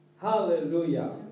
Hallelujah